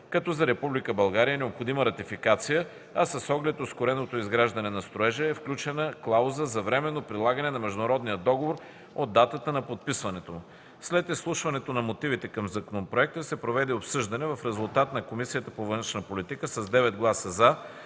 България е необходима ратификация, а с оглед ускореното изграждане на строежа е включена клауза за временно прилагане на международния договор от датата на подписването му. След изслушването на мотивите към законопроекта се проведе обсъждане, в резултат на което Комисията по външна политика с 9 гласа